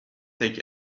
take